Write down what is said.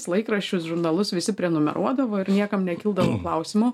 laikraščius žurnalus visi prenumeruodavo ir niekam nekildavo klausimo